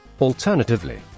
alternatively